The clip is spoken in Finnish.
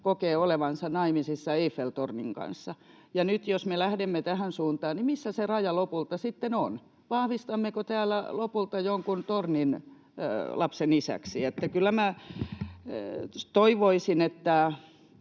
kokee olevansa naimisissa Eiffel-tornin kanssa, ja nyt jos me lähdemme tähän suuntaan, niin missä se raja lopulta sitten on: vahvistammeko täällä lopulta jonkun tornin lapsen isäksi? Kyllä minä